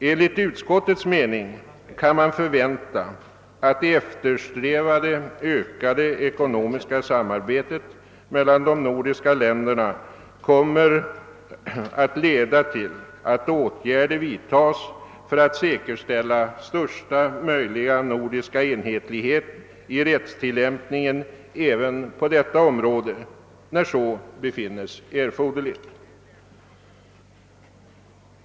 Enligt utskottets mening kan man förvänta att det eftersträvade ökade ekonomiska samarbetet mellan de nordiska länderna kommer att leda till att åtgärder vidtas för att säkerställa största möjliga nordiska enhetlighet i rättstillämpningen även på detta område, när så befinnes erforderligt.